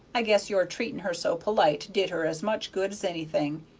i guess your treating her so polite did her as much good as anything.